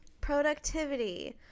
Productivity